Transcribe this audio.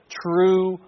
true